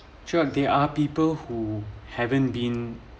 sure there are people who haven't been